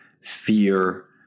fear